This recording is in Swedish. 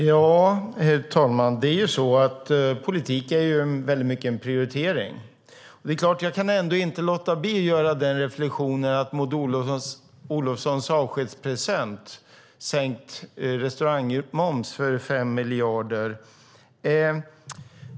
Herr talman! Politik är väldigt mycket en prioritering. Jag kan ändå inte låta bli att göra en reflexion kring Maud Olofssons avskedspresent - sänkt restaurangmoms för 5 miljarder.